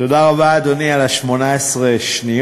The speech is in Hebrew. תודה רבה, אדוני, על 18 השניות.